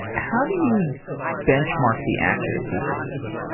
how do you benchmark the accuracy of your system?